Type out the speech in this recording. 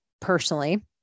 personally